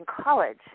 college